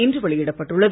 இன்று வெளியிடப்பட்டுள்ளது